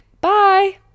Bye